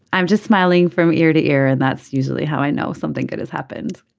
i'm just smiling from ear to ear and that's usually how i know something good has happened.